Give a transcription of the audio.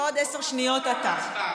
ועוד עשר שניות אתה.